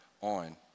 On